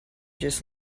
just